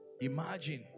Imagine